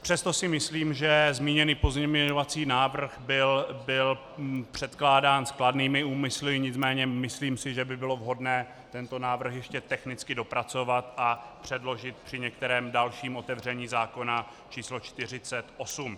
Přesto si myslím, že zmíněný pozměňovací návrh byl předkládán s kladnými úmysly, nicméně si myslím, že by bylo vhodné tento návrh ještě technicky dopracovat a předložit při některém dalším otevření zákona č. 48.